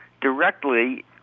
directly